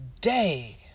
day